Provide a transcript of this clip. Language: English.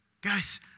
Guys